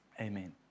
Amen